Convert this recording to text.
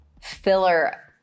filler